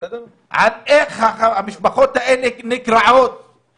אך ווליד טאהא היה נדמה כאילו יש קושי.